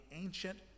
ancient